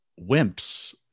wimps